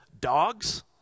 dogs